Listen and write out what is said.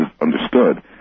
understood